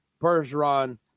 Bergeron